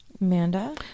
Amanda